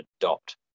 adopt